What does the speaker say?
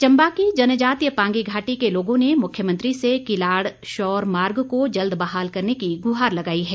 चंबा की जनजातीय पांगी घाटी के लोगों ने मुख्यमंत्री से किलाड़ शौर मार्ग को जल्द बहाल करने की गुहार लगाई है